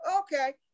Okay